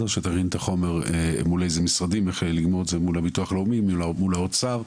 שהיא תרים את החומר מול איזה משרדים ולגמור את זה מול האוצר,